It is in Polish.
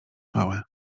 małe